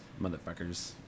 motherfuckers